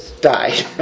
died